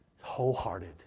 wholehearted